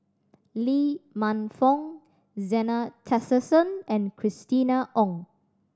Lee Man Fong Zena Tessensohn and Christina Ong